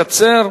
לקצר.